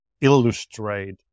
illustrate